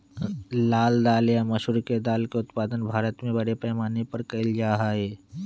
लाल दाल या मसूर के दाल के उत्पादन भारत में बड़े पैमाने पर कइल जा हई